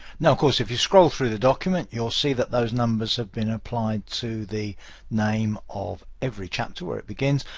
now, of course, if you scroll through the document, you'll see that those numbers have been applied to the name of every chapter where it begins.